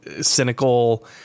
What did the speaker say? cynical